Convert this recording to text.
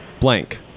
blank